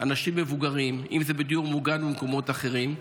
אנשים מבוגרים, אם זה בדיור מוגן ובמקומות אחרים.